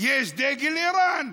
יש דגל איראן.